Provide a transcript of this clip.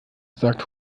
sagt